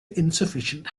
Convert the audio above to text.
insufficient